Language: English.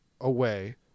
away